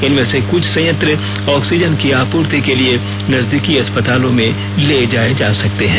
इनमें से कुछ संयंत्र ऑक्सीजन की आपूर्ति के लिए नजदीकी अस्पतालों में ले जाए जा सकते हैं